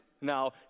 Now